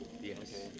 Yes